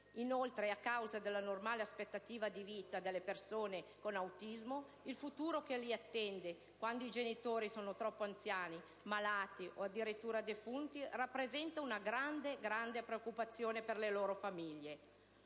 Inoltre, a causa della normale aspettativa di vita delle persone con autismo, il futuro che le attende quando i loro genitori sono troppo anziani, malati o addirittura defunti rappresenta una grande preoccupazione per le famiglie.